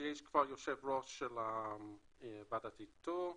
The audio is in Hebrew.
שיש כבר יושב ראש של ועדת האיתור,